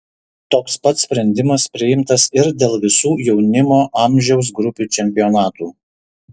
toks pat sprendimas priimtas ir dėl visų jaunimo amžiaus grupių čempionatų